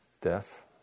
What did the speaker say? death